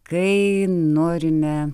kai norime